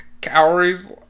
calories